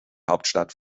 hauptstadt